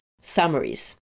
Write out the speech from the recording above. summaries